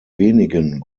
wenigen